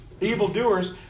evildoers